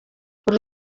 uru